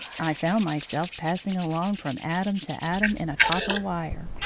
i found myself passing along from atom to atom in a copper wire.